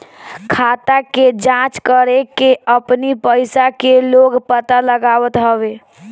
खाता के जाँच करके अपनी पईसा के लोग पता लगावत हवे